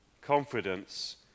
confidence